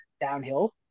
downhill